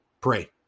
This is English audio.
pray